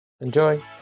Enjoy